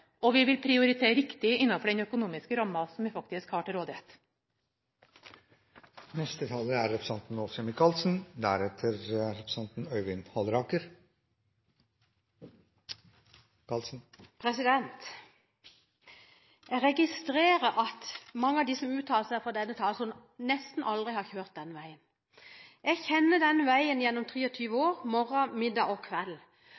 og vi vil prioritere riktig innenfor den økonomiske rammen som vi faktisk har til rådighet. Jeg registrerer at mange av dem som uttaler seg fra denne talerstolen, nesten aldri har kjørt denne veien. Jeg kjenner denne veien gjennom 23 år morgen, middag og kveld.